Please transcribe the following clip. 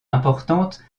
importantes